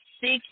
six